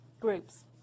groups